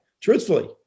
Truthfully